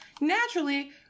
Naturally